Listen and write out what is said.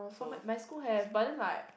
for my my school have but then like